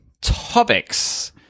Topics